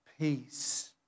peace